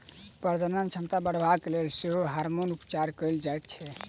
प्रजनन क्षमता बढ़यबाक लेल सेहो हार्मोन उपचार कयल जाइत छै